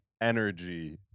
energy